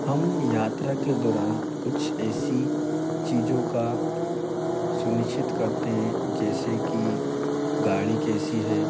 हम यात्रा के दौरान कुछ ऐसी चीज़ों का सुनिश्चित करते हैं जैसे कि गाड़ी कैसी है